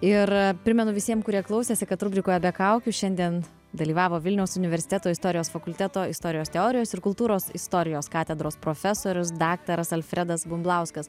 ir primenu visiem kurie klausėsi kad rubrikoje be kaukių šiandien dalyvavo vilniaus universiteto istorijos fakulteto istorijos teorijos ir kultūros istorijos katedros profesorius daktaras alfredas bumblauskas